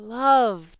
love